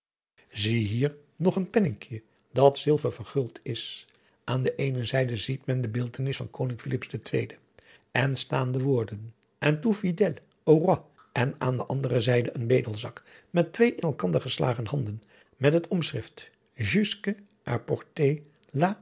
zie hier nog een penninkje dat zilver verguld is aan de eene zijde ziet gij de beeldtenis van koning philips den ii en staan de woorden en tout fidelles au roi en aan de andere zijde een bedelzak met twee in elkander geslagen handen en het omschrift